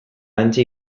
hantxe